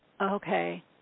Okay